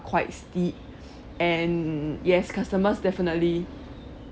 quite steep and yes customers definitely